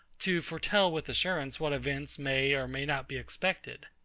to foretell with assurance what events may or may not be expected.